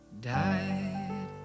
died